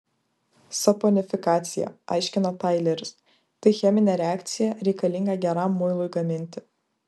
saponifikacija aiškina taileris tai cheminė reakcija reikalinga geram muilui gaminti